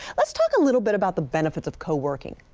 let's talk a little bit about the benefits of co-working.